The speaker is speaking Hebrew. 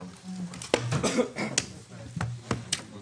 הישיבה ננעלה בשעה 10:58.